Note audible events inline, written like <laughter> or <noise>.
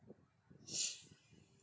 <noise>